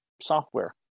software